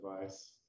device